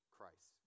Christ